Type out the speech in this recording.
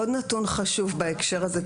עוד נתון חשוב בהקשר הזה,